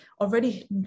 already